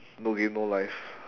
no game no life